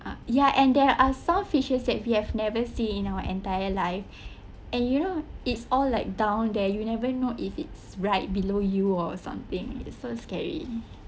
uh ya and there are some fishes that we have never seen in our entire life and you know it's all like down there you never know if it's right below you or something so scary